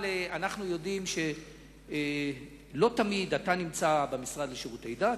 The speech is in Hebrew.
אנחנו יודעים שלא תמיד אתה נמצא במשרד לשירותי דת,